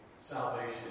Salvation